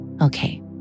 Okay